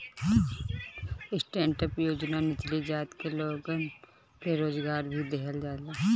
stand up योजना निचली जाति के लोगन के रोजगार भी देहल जाला